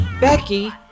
Becky